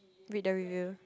read the review